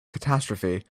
catastrophe